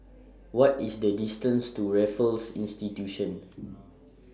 What IS The distance to Raffles Institution